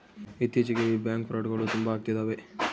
ಇತ್ತೀಚಿಗೆ ಈ ಬ್ಯಾಂಕ್ ಫ್ರೌಡ್ಗಳು ತುಂಬಾ ಅಗ್ತಿದವೆ